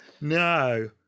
No